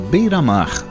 Beiramar